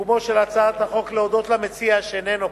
בסיכומה של הצעת החוק, להודות למציע שאינו פה,